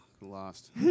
lost